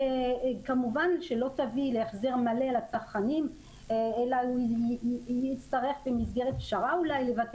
וכמובן שלא תביא להחזר מלא לצרכנים אלא נצטרך לוותר